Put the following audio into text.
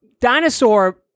dinosaur